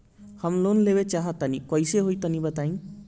हम लोन लेवल चाह तनि कइसे होई तानि बताईं?